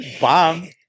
bomb